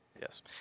Yes